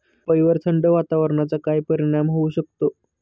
पपईवर थंड वातावरणाचा काय परिणाम होऊ शकतो?